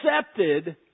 accepted